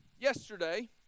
yesterday